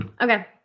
Okay